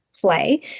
play